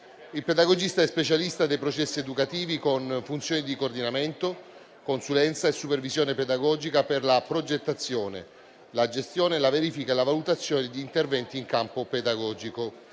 Il pedagogista è specialista dei processi educativi con funzioni di coordinamento, consulenza e supervisione pedagogica per la progettazione, la gestione, la verifica e la valutazione di interventi in campo pedagogico,